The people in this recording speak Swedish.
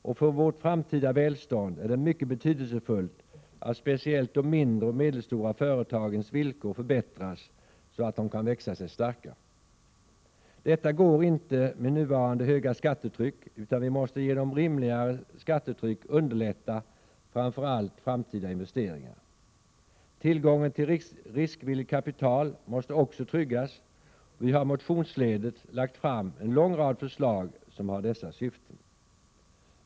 Och för vårt framtida välstånd är det mycket betydelsefullt att speciellt de mindre och medelstora företagens villkor förbättras så att de kan växa sig starka. Detta är inte möjligt med nuvarande höga skattetryck, utan vi måste genom ett rimligare skattetryck underlätta framför allt framtida investeringar. Tillgången till riskvilligt kapital måste också tryggas, och vi har motionsledes lagt fram en lång rad förslag som har dessa syften.